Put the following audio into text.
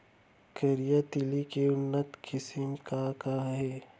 करिया तिलि के उन्नत किसिम का का हे?